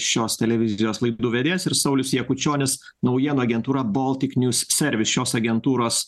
šios televizijos laidų vedėjas ir saulius jakučionis naujienų agentūrą boltik nju servis šios agentūros